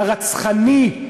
הרצחני,